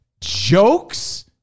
jokes